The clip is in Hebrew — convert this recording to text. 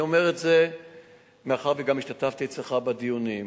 אני אומר את זה מאחר שגם השתתפתי בדיונים אצלך.